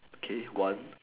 okay one